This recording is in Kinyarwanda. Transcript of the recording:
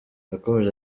yakomeje